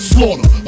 Slaughter